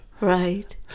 Right